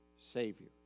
Savior